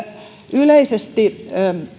yleisesti